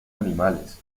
animales